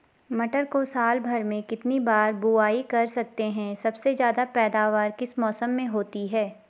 मटर को साल भर में कितनी बार बुआई कर सकते हैं सबसे ज़्यादा पैदावार किस मौसम में होती है?